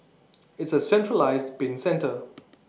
it's A centralised bin centre